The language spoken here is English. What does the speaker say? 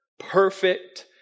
Perfect